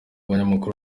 abanyamakuru